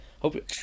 hope